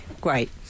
Great